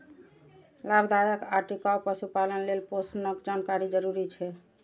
लाभदायक आ टिकाउ पशुपालन लेल पोषणक जानकारी जरूरी छै